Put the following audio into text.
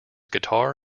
guitar